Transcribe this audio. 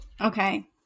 Okay